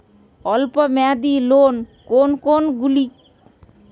অল্প মেয়াদি লোন কোন কোনগুলি?